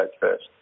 first